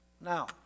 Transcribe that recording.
Now